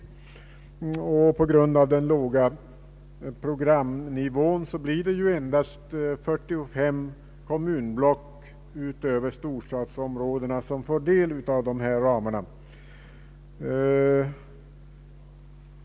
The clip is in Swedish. På grund av den låga programnivån blir det endast 45 kommunblock, utöver storstadsområdena, som får del av dessa ramar.